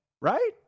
right